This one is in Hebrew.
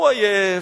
הוא עייף,